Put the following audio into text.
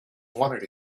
wanted